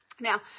Now